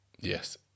yes